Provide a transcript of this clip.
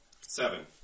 Seven